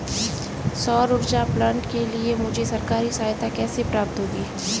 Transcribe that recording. सौर ऊर्जा प्लांट के लिए मुझे सरकारी सहायता कैसे प्राप्त होगी?